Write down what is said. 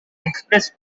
express